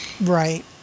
Right